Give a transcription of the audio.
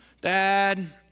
dad